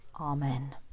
Amen